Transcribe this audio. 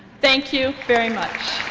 thank you very much.